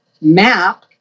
map